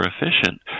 efficient